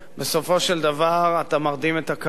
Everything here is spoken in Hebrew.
בסופו של דבר אתה מרדים את הקהל.